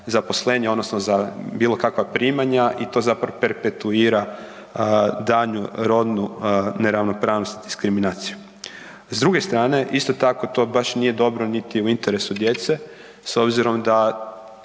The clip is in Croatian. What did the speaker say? zaposlenje odnosno za bilo kakva primanja i to zapravo perpetuira daljnju rodnu neravnopravnost i diskriminaciju. S druge strane isto tako to baš nije dobro niti je u interesu djece s obzirom da